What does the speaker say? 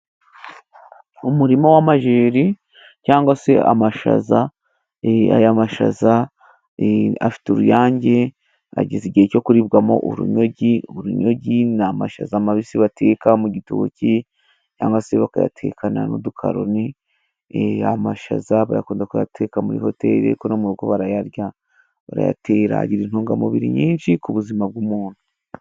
Umurima w'amajeri cyangwa se amashaza, aya mashaza afite uruyange, ageza igihe cyo kuribwamo urunyogi, urunyogi ni amashaza mabisi bateka mu gituboki cyangwa se bakayatekana n'udukaroni, amashaza bayakunda kuyateka muri hoteli ariko no mu rugo barayarya, barayatera, agira intungamubiri nyinshi Ku buzima bw'umuntu.